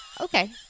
okay